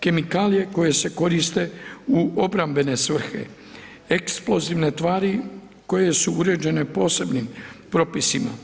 Kemikalije koje se koriste u obrambene svrhe, eksplozivne tvari koje su uređene posebnim propisima.